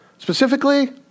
Specifically